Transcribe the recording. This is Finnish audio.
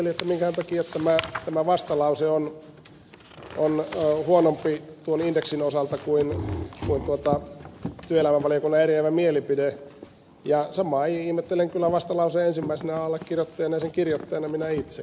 mustajärvi ihmetteli minkähän takia tämä vastalause on huonompi tuon indeksin osalta kuin työelämävaliokunnan eriävä mielipide ja samaa ihmettelen kyllä vastalauseen ensimmäisenä allekirjoittajana ja sen kirjoittajana minä itsekin